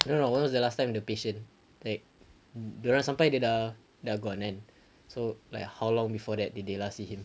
no no when was the last time the patient like dia orang sampai dia dah dah gone kan so like how long before that did they last see him